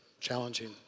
challenging